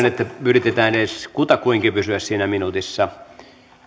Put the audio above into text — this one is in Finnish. että yritetään edes kutakuinkin pysyä siinä minuutissa